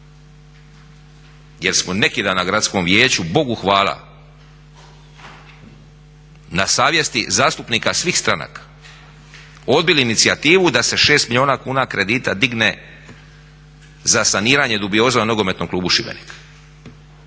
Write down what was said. jer smo neki dan na gradskom vijeću Bogu hvala na savjesti zastupnika svih stranaka odbili inicijativu da se 6 milijuna kuna kredita digne za saniranje dubioza u nogometnom klubu Šibenik,